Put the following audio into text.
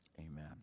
amen